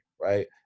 right